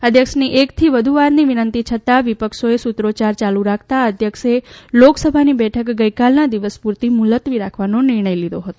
અધ્યક્ષની એકથી વધ્ વારની વિનંતી છતાં વિપક્ષોએ સૂત્રોચ્યાર ચાલુ રાખતાં અધ્યક્ષે લોકસભાની બેઠક ગઇકાલના દિવસ પૂરતી મુલત્વી રાખવાનો નિર્ણય લીધો હતો